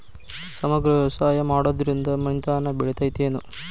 ಸಮಗ್ರ ವ್ಯವಸಾಯ ಮಾಡುದ್ರಿಂದ ಮನಿತನ ಬೇಳಿತೈತೇನು?